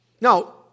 Now